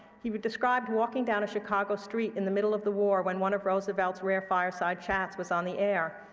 he would describe walking down a chicago street in the middle of the war when one of roosevelt's rare fireside chats was on the air.